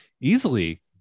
easily